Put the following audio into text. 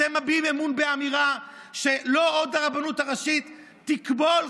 אתם מביעים אמון באמירה שלא עוד הרבנות הראשית תכבול,